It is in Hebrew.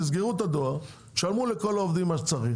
תסגרו את הדואר, שלמו לכל העובדים מה שצריך